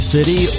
City